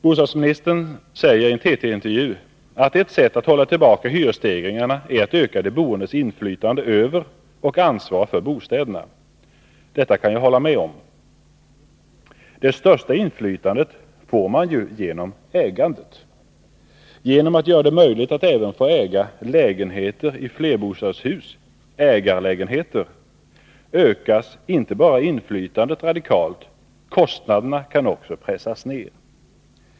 Bostadsministern sade i en TT-intervju att ett sätt att hålla tillbaka hyresstegringarna är att öka de boendes inflytande över och ansvar för bostäderna. Jag kan här hålla med Hans Gustafsson. Det största inflytandet får man dock genom ägandet. Genom att göra det möjligt att få äga lägenheter även i flerbostadshus — ägarlägenheter — ökas inte bara inflytandet radikalt, kostnaderna kan också pressas ner.